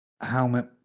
Helmet